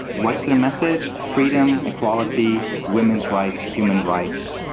what's their message? freedom, equality, women's rights, human rights,